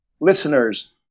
listeners